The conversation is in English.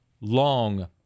long